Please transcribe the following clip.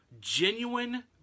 genuine